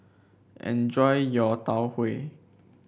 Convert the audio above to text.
enjoy your Tau Huay